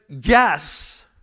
guess